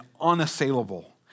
unassailable